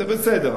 זה בסדר.